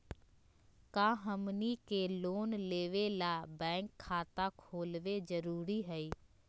का हमनी के लोन लेबे ला बैंक खाता खोलबे जरुरी हई?